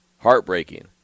heartbreaking